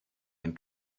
and